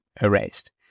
erased